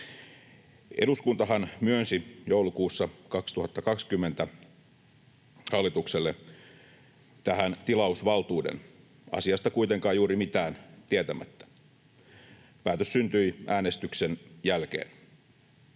Eduskuntahan myönsi joulukuussa 2020 hallitukselle tähän tilausvaltuuden asiasta kuitenkaan juuri mitään tietämättä. Päätös syntyi äänestyksen jälkeen.